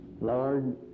Lord